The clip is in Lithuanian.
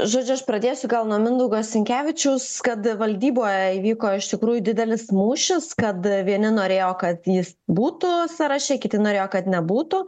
žodžiu aš pradėsiu gal nuo mindaugo sinkevičiaus kad valdyboje įvyko iš tikrųjų didelis mūšis kad vieni norėjo kad jis būtų sąraše kiti norėjo kad nebūtų